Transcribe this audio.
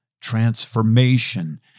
Transformation